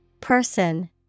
Person